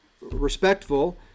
respectful